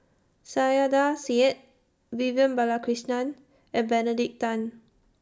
Saiedah Said Vivian Balakrishnan and Benedict Tan